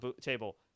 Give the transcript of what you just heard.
table